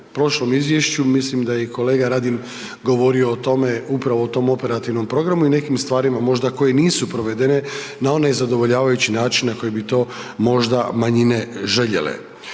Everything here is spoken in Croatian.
prošlom izvješću. Mislim da je i kolega Radin govorio o tome upravo o tom operativnom programu i nekim stvarima možda koje nisu provedene na onaj zadovoljavajući način na koji bi to možda manjine željele.